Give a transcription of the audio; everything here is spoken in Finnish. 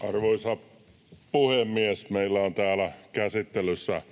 Arvoisa puhemies! Meillä on täällä käsittelyssä